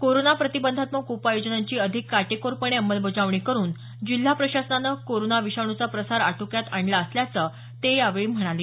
corona प्रतिबंधात्मक उपाययोजनांची अधिक काटेकोरपणे अंमलबजावणी करून जिल्हा प्रशासनाने कोरोना विषाणूचा प्रसार आटोक्यात आणला असल्याचं ते म्हणाले